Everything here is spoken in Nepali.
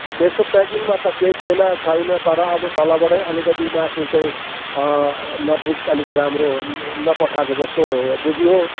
अँ त्यस्तो प्याकिङमा केही थिएन छैन तर अब तलबाटै अलिकति मासु चाहिँ नठिक अलिक राम्रो नपठाएको जस्तो बुझियो